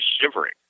shivering